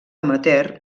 amateur